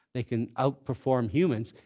they can outperform humans.